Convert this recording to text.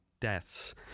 deaths